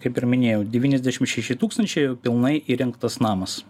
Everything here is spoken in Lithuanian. kaip ir minėjau devyniasdešim šeši tūkstančiai pilnai įrengtas namas